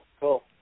cool